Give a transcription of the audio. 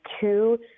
two